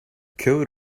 coat